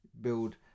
build